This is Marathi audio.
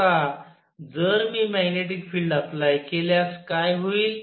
आता जर मी मॅग्नेटिक फिल्ड अप्लाय केल्यास काय होईल